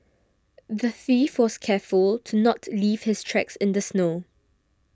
the thief was careful to not leave his tracks in the snow